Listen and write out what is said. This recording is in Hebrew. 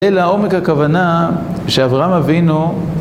אל העומק הכוונה שאברהם אבינו